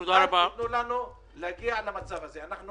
כרשימה המשותפת הרמנו שלוש אצבעות: אדוני